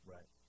Right